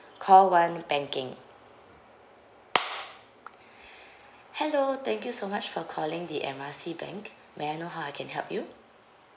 call one banking hello thank you so much for calling the M R C bank may I know how I can help you